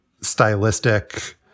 stylistic